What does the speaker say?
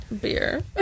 Beer